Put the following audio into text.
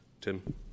Tim